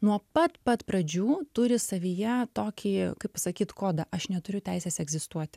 nuo pat pat pradžių turi savyje tokį kaip pasakyt kodą aš neturiu teisės egzistuoti